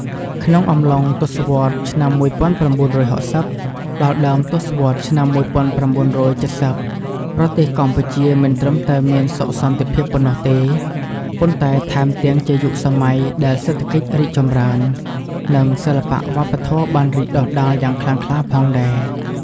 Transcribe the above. ក្នុងអំឡុង ទសវត្សរ៍ឆ្នាំ១៩៦០ ដល់ដើមទសវត្សរ៍ឆ្នាំ១៩៧០ ប្រទេសកម្ពុជាមិនត្រឹមតែមាន សុខសន្តិភាព ប៉ុណ្ណោះទេ ប៉ុន្តែថែមទាំងជាយុគសម័យដែល សេដ្ឋកិច្ចរីកចម្រើន និង សិល្បៈវប្បធម៌បានរីកដុះដាលយ៉ាងខ្លាំងក្លា ផងដែរ។